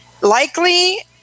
likely